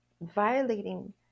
Violating